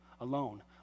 alone